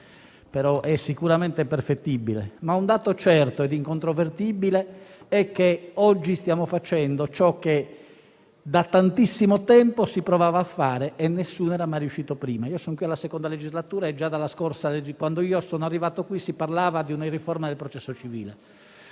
ed è sicuramente perfettibile, ma un dato certo ed incontrovertibile è che oggi stiamo facendo ciò che da tantissimo tempo si provava a fare, ma nessuno ci era mai riuscito prima. Sono qui alla seconda legislatura e già dalla scorsa, quando sono arrivato in Senato, si parlava di una riforma del processo civile.